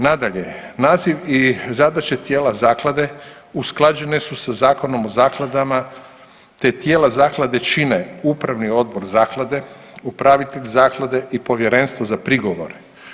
Nadalje, naziv i zadaće tijela zaklade usklađene su sa Zakonom o zakladama te tijela zaklade čine upravni odbor zaklade, upravitelj zaklade i povjerenstvo za prigovore.